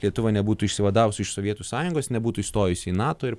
lietuva nebūtų išsivadavusi iš sovietų sąjungos nebūtų įstojusi į nato ir